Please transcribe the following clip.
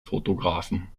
fotografen